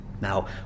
Now